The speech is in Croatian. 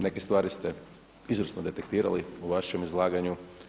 Neke stvari ste izvrsno detektirali u vašem izlaganju.